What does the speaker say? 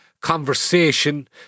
conversation